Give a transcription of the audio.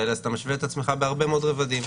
ל --- אתה משווה את עצמך בהרבה מאוד רבדים.